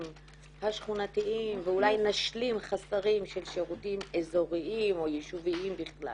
השכונתיים ואולי נשלים חסרים של שירותים אזוריים או יישוביים בכלל,